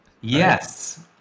Yes